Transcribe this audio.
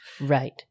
Right